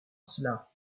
cela